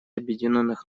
объединенных